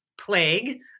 plague